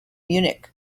munich